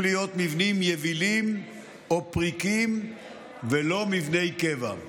להיות מבנים יבילים או פריקים ולא מבני קבע.